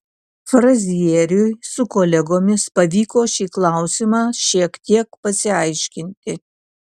frazieriui su kolegomis pavyko šį klausimą šiek tiek pasiaiškinti